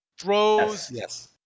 throws